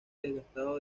desgastado